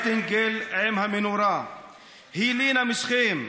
פעם אחת משפט קטן,